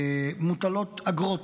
מוטלות אגרות.